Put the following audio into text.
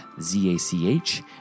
Z-A-C-H